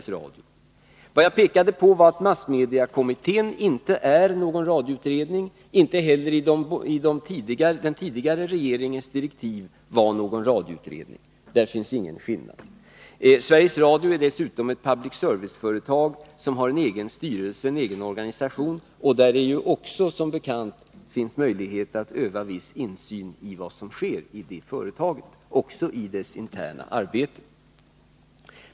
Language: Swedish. Jag pekade på att massmediekommittén inte är någon radioutredning. Inte heller fanns det i den tidigare regeringens direktiv någonting bestämt om en radioutredning. Sveriges Radio är dessutom ett public service-företag, som har en egen styrelse och egen organisation. Och som bekant finns det möjlighet att utöva viss insyn i vad som sker i företaget, också i dess interna arbete.